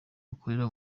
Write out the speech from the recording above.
akorera